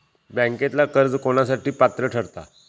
बँकेतला कर्ज कोणासाठी पात्र ठरता?